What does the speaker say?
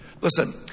Listen